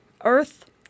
Earth